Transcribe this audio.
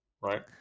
Right